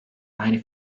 aynı